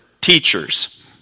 teachers